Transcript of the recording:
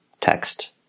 text